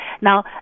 Now